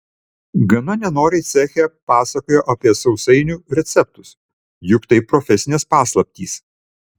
gana nenoriai ceche pasakojo apie sausainių receptus juk tai profesinės paslaptys